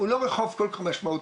הוא לא רחוב כל כך משמעותי.